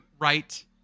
Right